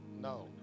No